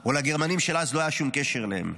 או לגרמנים של אז לא היה שום קשר אליהם.